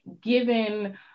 given